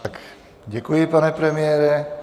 Tak děkuji, pane premiére.